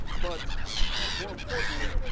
but more importantly,